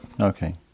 Okay